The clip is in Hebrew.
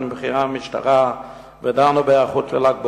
עם בכירי המשטרה ודנו בהיערכות לל"ג בעומר,